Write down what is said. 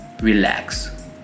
relax